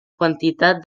quantitat